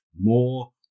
more